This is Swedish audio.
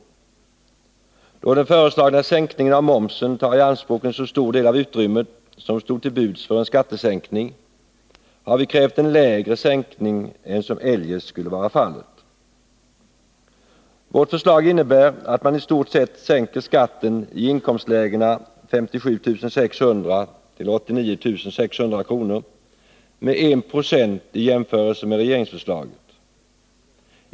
Då den föreslagna sänkningen av momsen tar i anspråk en stor del av det utrymme som stod till buds för en skattesänkning har vi krävt en lägre sänkning än som eljest skulle vara fallet. Vårt förslag innebär att man i stort sett sänker skatten i inkomstlägena 57 600-89 600 kr. med 1 9 i jämförelse med regeringsförslaget.